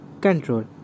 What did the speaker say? CONTROL